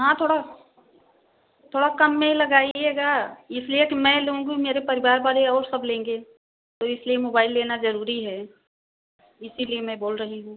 हाँ थोड़ा थोड़ा कम में ही लगाइएगा इसलिए कि मैं लूँगी मेरे परिवार वाले और सब लेंगे तो इसलिए मोबाइल लेना जरूरी है इसलिए मैं बोल रही हूँ